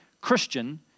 Christian